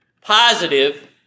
Positive